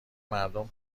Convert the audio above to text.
مردم